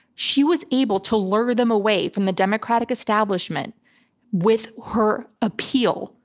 she was able to lure them away from the democratic establishment with her appeal.